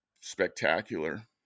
spectacular